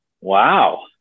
Wow